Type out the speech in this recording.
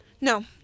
No